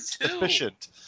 Efficient